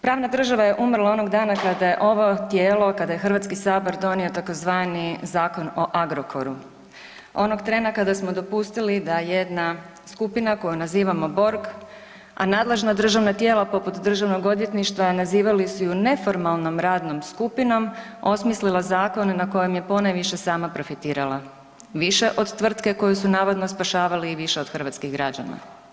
Pravna država je umrla onog dana kada je ovo tijelo, kada je HS donio tzv. Zakon o Agrokoru, onog trena kada smo dopustili da jedna skupina koju nazivamo Borg, a nadležna državna tijela poput državnog odvjetništva nazivali su ju neformalnom radnom skupinom, osmislila zakon na kojem je ponajviše sama profitirala, više od tvrtke koju su navodno spašavali i više od hrvatskih građana.